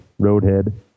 Roadhead